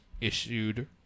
issued